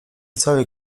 całej